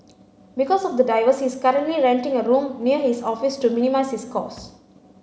because of the diverse he is currently renting a room near his office to minimise his cost